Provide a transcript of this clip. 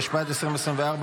התשפ"ד 2024,